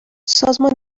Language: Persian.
سازمان